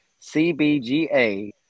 CBGA